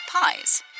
pies